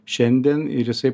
šiandien ir jisai